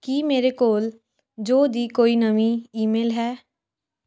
ਕੀ ਮੇਰੇ ਕੋਲ ਜੋਅ ਦੀ ਕੋਈ ਨਵੀਂ ਈਮੇਲ ਹੈ